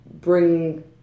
bring